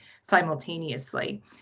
simultaneously